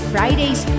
Fridays